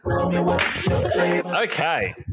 Okay